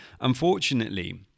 unfortunately